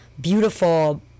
beautiful